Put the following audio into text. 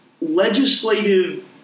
legislative